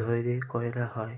ধ্যইরে ক্যইরা হ্যয়